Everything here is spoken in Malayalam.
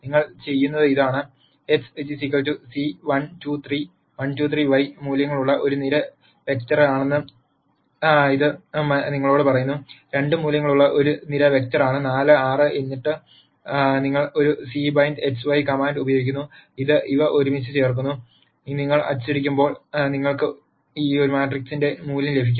നിങ്ങൾ ചെയ്യുന്നത് ഇതാണ് X c 1 2 3 1 2 3 y മൂല്യങ്ങളുള്ള ഒരു നിര വെക്റ്ററാണെന്ന് ഇത് നിങ്ങളോട് പറയുന്നു 2 മൂല്യങ്ങളുള്ള ഒരു നിര വെക്റ്ററാണ് 4 6 എന്നിട്ട് നിങ്ങൾ ഒരു cbind x y കമാൻഡ് ഉപയോഗിക്കുന്നു ഇത് ഇവ ഒരുമിച്ച് ചേർക്കുന്നു നിങ്ങൾ അച്ചടിക്കുമ്പോൾ നിങ്ങൾക്ക് ഈ മാട്രിക്സിന്റെ മൂല്യം ലഭിക്കും